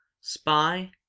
spy